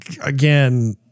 again